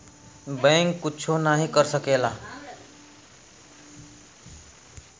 bank कुच्छो नाही कर सकेला